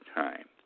time